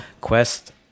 Quest